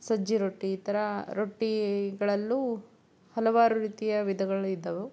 ಸಜ್ಜಿ ರೊಟ್ಟಿ ಈ ಥರ ರೊಟ್ಟಿಗಳಲ್ಲು ಹಲವಾರು ರೀತಿಯ ವಿಧಗಳಿದಾವೆ